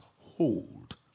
hold